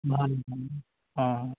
অঁ